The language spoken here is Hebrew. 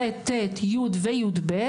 ח' ט' י' ו-יב',